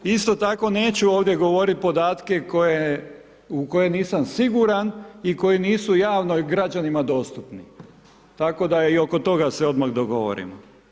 Isto tako, neću ovdje govoriti podatke u koje nisam siguran i koji nisu javno građanima dostupni, tako da i oko toga se odmah dogovorimo.